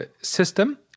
system